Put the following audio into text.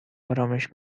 آرامش